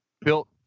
built